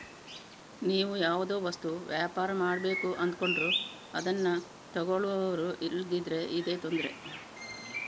ನೀವು ಯಾವುದೋ ವಸ್ತು ವ್ಯಾಪಾರ ಮಾಡ್ಬೇಕು ಅಂದ್ಕೊಂಡ್ರು ಅದ್ನ ತಗೊಳ್ಳುವವರು ಇಲ್ದಿದ್ರೆ ಇದೇ ತೊಂದ್ರೆ